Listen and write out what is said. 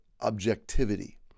objectivity